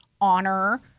honor